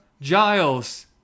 Giles